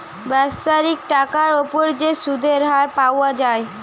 বাৎসরিক টাকার উপর যে সুধের হার পাওয়া যায়